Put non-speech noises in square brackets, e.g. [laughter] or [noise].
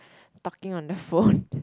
[breath] talking on the phone [breath]